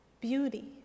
beauty